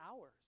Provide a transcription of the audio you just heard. hours